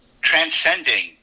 transcending